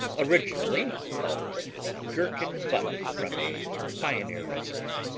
originally called gherkin buck, from a pioneer recipe